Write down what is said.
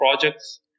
projects